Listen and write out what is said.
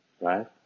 right